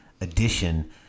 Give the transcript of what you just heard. edition